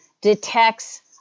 detects